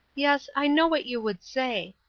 yes, i know what you would say.